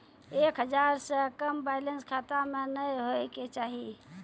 एक हजार से कम बैलेंस खाता मे नैय होय के चाही